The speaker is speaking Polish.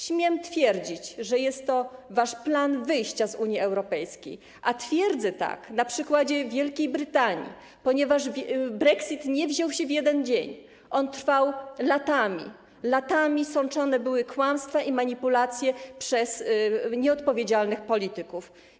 Śmiem twierdzić, że jest to wasz plan wyjścia z Unii Europejskiej, a twierdzę tak na przykładzie Wielkiej Brytanii, ponieważ brexit nie wziął się w jeden dzień, on trwał latami, latami sączone były kłamstwa i manipulacje przez nieodpowiedzialnych polityków.